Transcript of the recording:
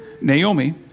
Naomi